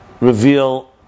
reveal